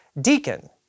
deacon